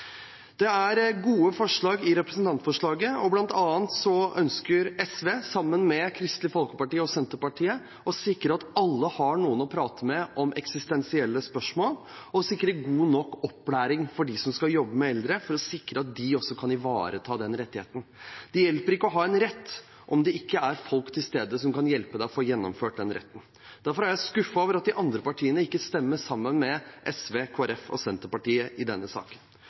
Det er gode forslag i representantforslaget. Blant annet ønsker SV – sammen med Kristelig Folkeparti og Senterpartiet – å sikre at alle har noen å prate med om eksistensielle spørsmål, og sikre god nok opplæring av dem som skal jobbe med eldre, for å sikre at de også kan ivareta den rettigheten. Det hjelper ikke å ha en rett om det ikke er folk til stede som kan hjelpe deg til å få gjennomført den retten. Derfor er jeg skuffet over at de andre partiene ikke stemmer sammen med SV, Kristelig Folkeparti og Senterpartiet i denne saken.